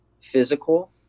physical